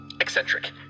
eccentric